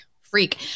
freak